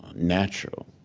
natural.